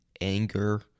anger